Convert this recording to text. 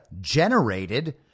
generated